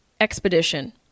Expedition